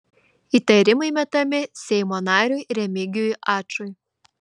įtarimai metami seimo nariui remigijui ačui